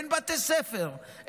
אין בתי ספר,